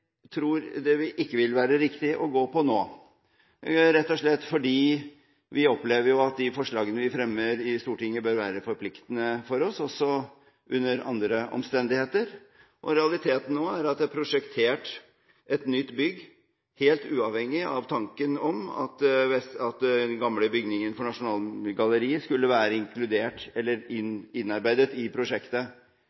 tror det ikke vil være riktig å gå inn for nå, rett og slett fordi vi opplever at de forslagene vi fremmer i Stortinget, bør være forpliktende for oss også under andre omstendigheter. Realiteten nå er at det er prosjektert et nytt bygg helt uavhengig av tanken om at den gamle bygningen for Nasjonalgalleriet skulle være